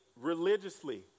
religiously